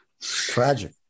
Tragic